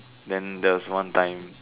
then there was one time